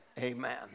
Amen